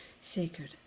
sacred